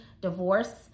divorce